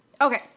Okay